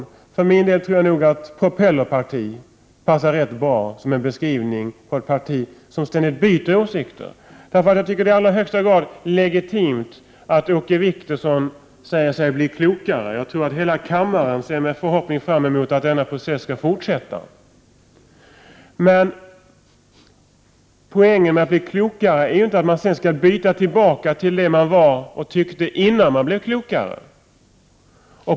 Jag för min del tror nog att ”propellerpartiet” är en ganska bra beskrivning av ett parti som ständigt byter åsikt. Det är ju i allra högsta grad legitimt att, som Åke Wictorsson gör, säga att man blir klokare. Jag tror att hela kammaren har förhoppningen att den processen skall fortsätta. Men det är ju ingen poäng med att bli klokare, om man sedan återgår till att tycka samma sak som innan man blev klokare.